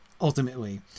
Ultimately